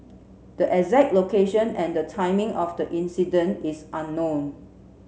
the exact location and the timing of the incident is unknown